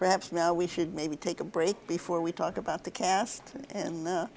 perhaps no we should maybe take a break before we talk about the cast and